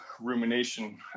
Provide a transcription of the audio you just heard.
rumination